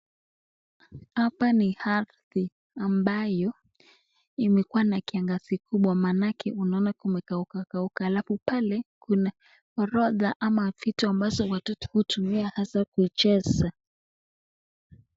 Hapa ni ardhi ambayo imekuwa na kiangazi kubwa maanake unaona kumekauka kauka alafu pale kuna korodha ama vitu ambazo watoto hutumia hasa kuicheza.